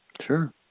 Sure